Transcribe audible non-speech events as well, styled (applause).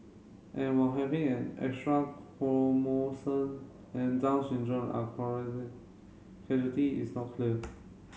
and while having an extra chromosome and Down syndrome are (unintelligible) causality is not clear